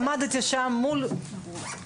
עמדתי שם לבד מול כולם.